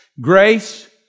Grace